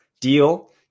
deal